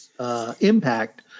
Impact